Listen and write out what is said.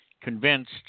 convinced